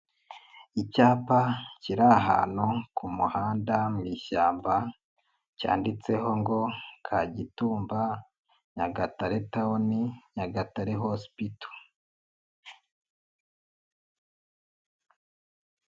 Icyapa kiri ahantu ku muhanda mu ishyamba cyanditseho ngo Kagitumba Nyagatare tawuni Nyagatare hosipito.